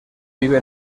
vive